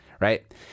right